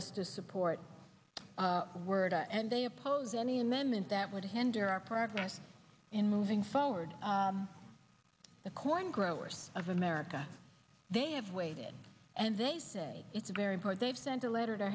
us to support the word and they oppose any amendment that would hinder our progress in moving forward the corn growers of america they have waited and they say it's very productive sent a letter to